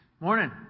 Morning